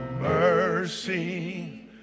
Mercy